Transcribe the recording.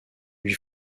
lui